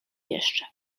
jeszcze